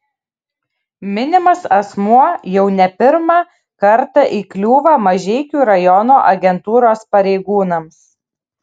minimas asmuo jau ne pirmą kartą įkliūva mažeikių rajono agentūros pareigūnams